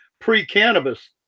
pre-cannabis